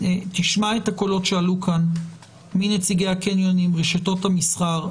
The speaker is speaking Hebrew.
תשמע את הקולות שעלו כאן מנציגי הקניונים ורשתות המסחר.